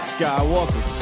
Skywalker